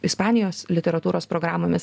ispanijos literatūros programomis